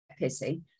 pissy